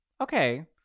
okay